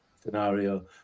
scenario